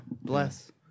bless